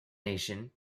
nation